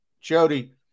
Jody